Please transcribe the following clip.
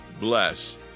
bless